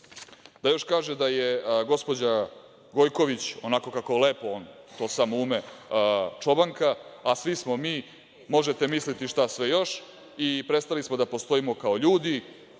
Još kaže da je gospođa Gojković, onako kako lepo on samo ume, čobanka, a svi smo mi možete misliti šta sve još i prestali smo da postoji kao ljudi